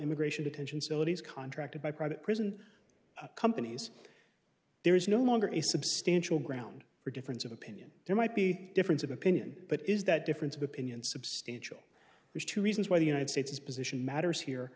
immigration detention so it is contracted by private prison companies there is no longer a substantial ground for difference of opinion there might be a difference of opinion but is that difference of opinion substantial there's two reasons why the united states position matters he